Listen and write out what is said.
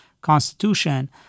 constitution